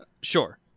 Sure